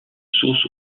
sauces